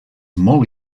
molt